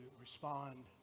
respond